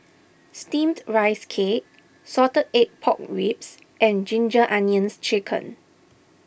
Steamed Rice Cake Salted Egg Pork Ribs and Ginger Onions Chicken